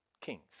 Kings